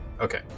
Okay